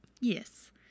yes